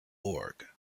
org